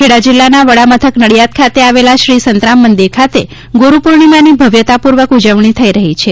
ખેડા જિલ્લાના વડા મથક નડિયાદ ખાતે આવેલા શ્રી સંતરામ મંદિર ખાતે ગુરુપૂર્ણિમાની ભવ્યતાપૂર્વક ઉજવણી થઇ રહી છે